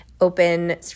open